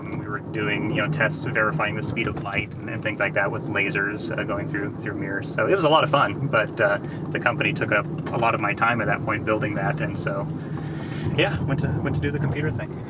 we were doing tests of verifying the speed of light and and things like that with lasers going through through mirrors. so it was a lot of fun but the company took up a lot of my time at that point, building that, and so yeah. went to went to do the computer thing.